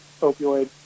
opioid